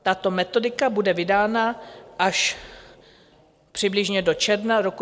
Tato metodika bude vydána až přibližně do června roku 2023.